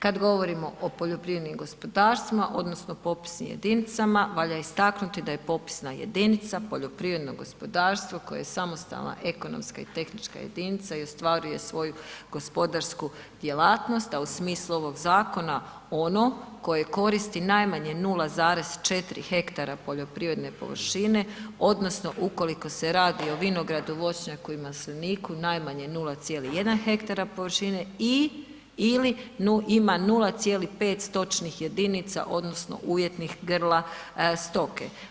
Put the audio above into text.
Kad govorimo o poljoprivrednim gospodarstvima, odnosno popisnim jedinicama, valja istaknuti da je popisna jedinica poljoprivredno gospodarstvo koje je samostalna ekonomska i tehnička jedinica i ostvaruje svoju gospodarsku djelatnost, a u smislu ovog zakona, ono koje koristi najmanje 0,4 hektara poljoprivredne površine, odnosno ukoliko se radi o vinogradu, voćnjaku i masliniku, najmanje 0,1 hektara površine i/ili ima 0,5 stočnih jedinica odnosno uvjetnih grla stoke.